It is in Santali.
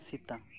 ᱥᱮᱛᱟ